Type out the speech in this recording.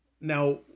Now